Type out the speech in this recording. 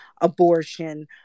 abortion